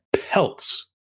pelts